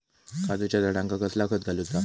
काजूच्या झाडांका कसला खत घालूचा?